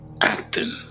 acting